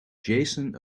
jason